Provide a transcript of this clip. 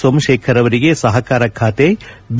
ಸೋಮಶೇಖರ್ ಅವರಿಗೆ ಸಪಕಾರ ಖಾತೆ ಬಿ